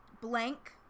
Blank